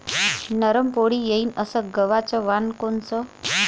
नरम पोळी येईन अस गवाचं वान कोनचं?